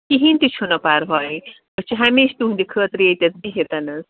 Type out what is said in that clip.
کِہیٖنٛۍ تہِ چھُنہٕ پَرواے أسۍ چھِ ہمیشہِ تُہٕنٛدِ خٲطرٕ ییٚتٮ۪تھ بِہِتھ حظ